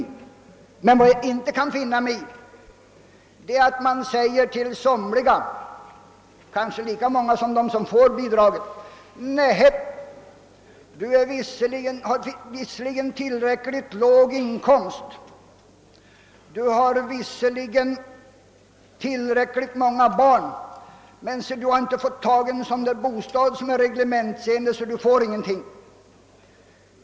Däremot kan jag inte finna mig i att man säger till somliga, kanske lika många som de som får bostadsbidrag: Nej, du har visserligen tillräckligt låg inkomst och tillräckligt många barn, men du har inte fått tag i en bostad som är reglementsenlig och därför får du inget bidrag.